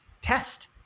test